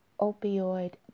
opioid